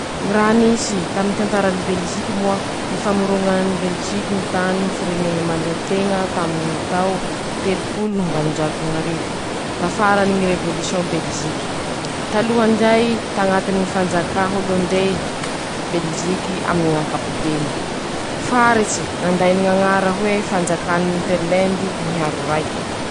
Ñy raha nisy taminy ñy tantarany Beliziky moa: ñy famoroñany Beliziky ñy tany ho firenena mahaleo teña taminy ñy tao telopolo no ñy valonjato no ñ'arivo, tafarany ñy revôlisiôn Beliziky, talohan'izay tañatiny ñy fanjakà ôlôndey Beliziky aminy ñ'ankapobeny, faritsy nanday ny ñ'añara hoe fanjakany eterilendy miharo raiky.